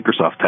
Microsoft